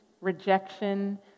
rejection